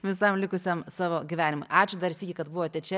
visam likusiam savo gyvenimui ačiū dar sykį kad buvote čia